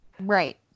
Right